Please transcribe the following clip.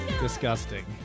Disgusting